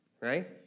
right